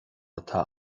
atá